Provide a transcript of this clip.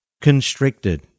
constricted